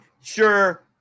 sure